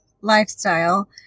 lifestyle